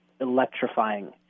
electrifying